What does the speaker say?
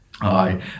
aye